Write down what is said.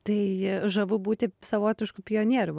tai žavu būti savotišku pionierium